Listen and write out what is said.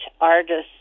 artists